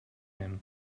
him